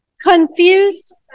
Confused